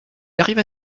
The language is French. arriva